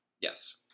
Yes